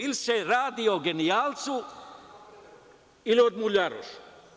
Ili se radi o genijalcu ili o muljarošu.